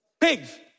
Pigs